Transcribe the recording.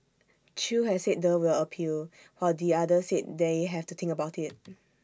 chew has said the will appeal while the other said they have to think about IT